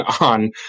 on